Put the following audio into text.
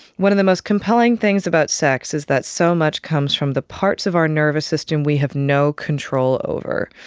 one of the most compelling things about sex is that so much comes from the parts of our nervous system we have no control over.